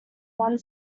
one